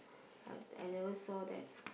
I I never saw that